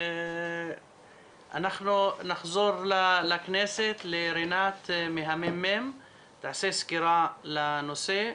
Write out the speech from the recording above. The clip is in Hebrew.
אנחנו נחזור לכנסת לרינת מהממ"מ שתעשה סקירה על הנושא.